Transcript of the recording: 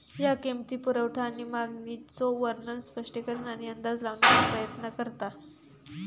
ह्या किंमती, पुरवठा आणि मागणीचो वर्णन, स्पष्टीकरण आणि अंदाज लावण्याचा प्रयत्न करता